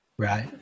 Right